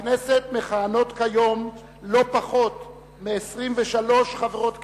בכנסת מכהנות כיום לא פחות מ-23 חברות כנסת,